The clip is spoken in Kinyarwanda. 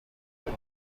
bari